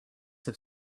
have